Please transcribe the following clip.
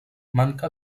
manca